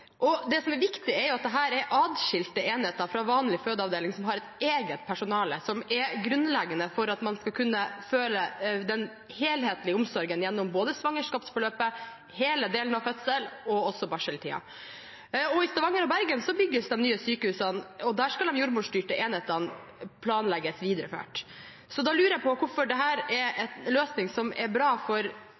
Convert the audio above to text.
Det som er viktig, er at dette er enheter som er adskilte fra vanlige fødeavdelinger og som har et eget personale, noe som er grunnleggende for at man skal kunne føle den helhetlige omsorgen gjennom både svangerskapsforløpet, hele fødselen og barseltiden. I Stavanger og Bergen bygges det nye sykehus, og der skal de jordmorstyrte enhetene planlegges videreført. Da lurer jeg på hvorfor dette er en løsning som er bra for